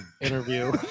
interview